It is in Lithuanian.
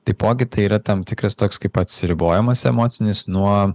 taipogi tai yra tam tikras toks kaip atsiribojimas emocinis nuo